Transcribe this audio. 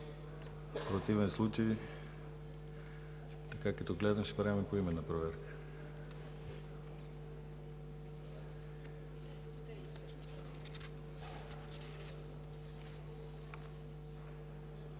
противен случай така, както гледам, ще има поименна проверка.